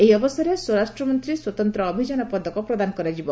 ଏହି ଅବସରରେ ସ୍ୱରାଷ୍ଟ୍ରମନ୍ତ୍ରୀ ସ୍ୱତନ୍ତ୍ର ଅଭିଯାନ ପଦକ ପ୍ରଦାନ କରାଯିବ